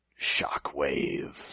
shockwave